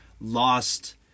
lost